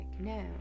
now